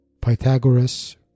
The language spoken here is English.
Pythagoras